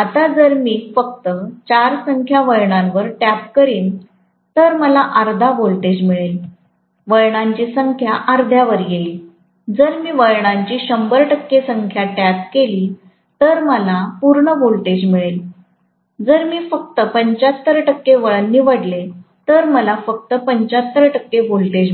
आता जर मी फक्त ४ संख्या वळणांवर टॅप करीन तर मला अर्धा व्होल्टेज मिळेल वळणाची संख्या अर्ध्यावर येईल जर मी वळणांची 100 टक्के संख्या टॅप केली तर मला पूर्ण व्होल्टेज मिळेल जर मी फक्त 75 टक्के वळण निवडले तर मला फक्त 75 टक्के व्होल्टेज मिळेल